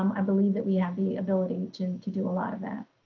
um i believe that we have the ability to to do a lotta that.